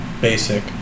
basic